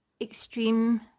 extreme